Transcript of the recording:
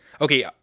okay